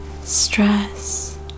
stress